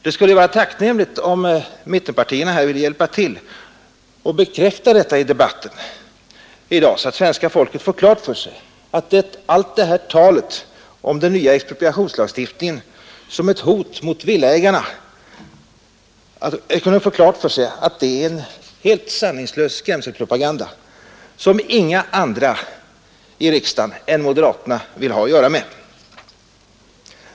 Det skulle vara tacknämligt om mittenpartierna ville hjälpa till och bekräfta detta i debatten i dag, så att svenska folket får klart för sig att allt det här talet om den nya expropriationslagstiftningen som ett hot mot villaägarna är en helt sanningslös skrämselpropaganda som inga andra i riksdagen än moderaterna vill ha att göra med.